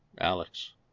Alex